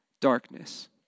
darkness